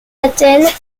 athènes